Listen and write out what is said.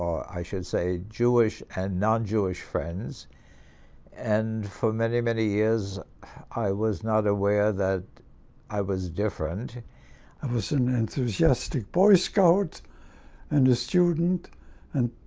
i should say jewish and non-jewish friends and for many many years i was not aware that i was different i was an enthusiastic boy scout and a student and